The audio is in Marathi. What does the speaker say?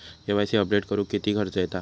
के.वाय.सी अपडेट करुक किती खर्च येता?